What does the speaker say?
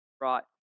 right